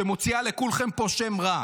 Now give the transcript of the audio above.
שמוציאה לכולכם פה שם רע,